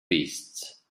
beasts